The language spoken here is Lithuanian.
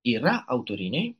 yra autoriniai